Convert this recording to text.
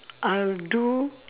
I'll do